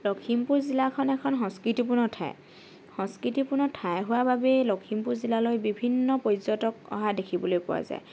লখিমপুৰ জিলাখন এখন সংস্কৃতিপূৰ্ণ ঠাই সংস্কৃতিপূৰ্ণ ঠাই হোৱা বাবেই লখিমপুৰ জিলালৈ বিভিন্ন পৰ্যটক অহা দেখিবলৈ পোৱা যায়